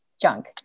junk